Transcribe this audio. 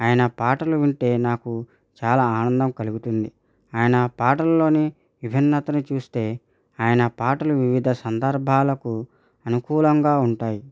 ఆయన పాటలు వింటే నాకు చాలా ఆనందం కలుగుతుంది ఆయన పాటల్లోని విభిన్నతను చూస్తే ఆయన పాటలు వివిధ సందర్భాలకు అనుకూలంగా ఉంటాయి